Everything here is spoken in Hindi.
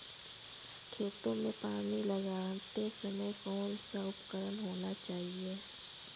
खेतों में पानी लगाते समय कौन सा उपकरण होना चाहिए?